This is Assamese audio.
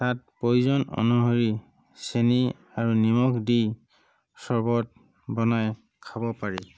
তাত প্ৰয়োজন অনুসৰি চেনি আৰু নিমখ দি চৰ্বত বনাই খাব পাৰি